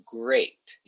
great